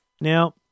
Now